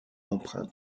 empreinte